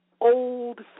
old